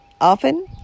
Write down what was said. often